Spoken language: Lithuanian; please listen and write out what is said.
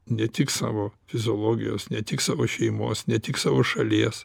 ne tik savo fiziologijos ne tik savo šeimos ne tik savo šalies